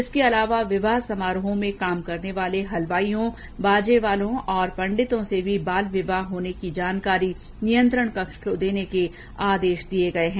इसके अलावा विवाह समारोहों में काम करने वाले वाले हलवाइयों बाजे वालों और पंडितों से भी बाल विवाह होने की जानकारी नियंत्रण कक्ष को देने के आदेष दिये गये है